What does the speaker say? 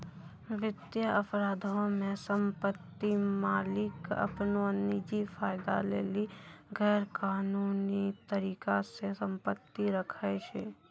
वित्तीय अपराधो मे सम्पति मालिक अपनो निजी फायदा लेली गैरकानूनी तरिका से सम्पति राखै छै